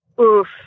Oof